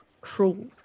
cruel